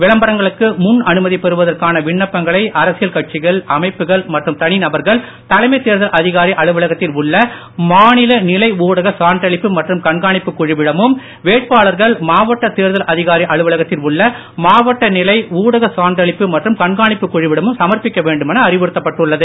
விளம்பரங்களுக்கு முன் அனுமதி பெறுவதற்கான விண்ணப்பங்களை அரசியல் கட்சிகள் அமைப்புகள் மற்றும் தனிநபர்கள் தலைமைத் தேர்தல் அதிகாரி அலுவலகத்தில் உள்ள மாநில நிலை ஊடக சான்றளிப்பு மற்றும் கண்காணிப்புக் குழுவிடமும் வேட்பாளர்கள் மாவட்ட தேர்தல் அதிகாரி அலுவலகத்தில் உள்ள மாவட்ட நிலை ஊடக சான்றளிப்பு மற்றும் கண்காணிப்புக் குழுவிடமும் சமர்ப்பிக்க வேண்டுமென அறிவுறுத்தப்பட்டுள்ளது